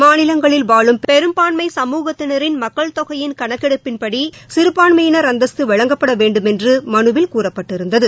மாநிலங்களில் வாழும் பெரும்பான்மை சமூகத்தினாின் மக்கள் தொகைக் கணக்கெடுப்பின் அடிப்படையில் சிறுபான்மையினர் அந்தஸ்து வழங்கப்பட வேண்டுமென்று மனுவில் கூறப்பட்டிருந்தது